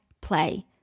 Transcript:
play